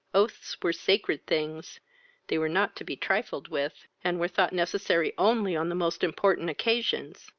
oaths were sacred things they were not to be trifled with, and were thought necessary only on the most important occasions.